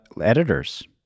editors